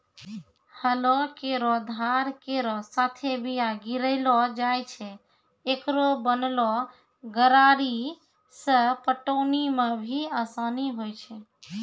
हलो केरो धार केरो साथें बीया गिरैलो जाय छै, एकरो बनलो गरारी सें पटौनी म भी आसानी होय छै?